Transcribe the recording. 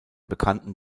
bekannten